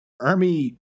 army